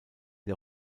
der